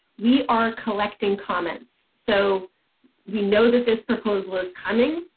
we are collecting comments. so we know that this proposal is coming,